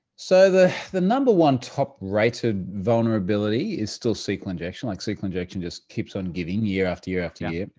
so the the number one top rated vulnerability is still sql injection. like, sql injection just keeps on giving year after year after year.